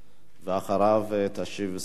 ואחריו תשיב סגנית השר.